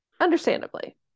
understandably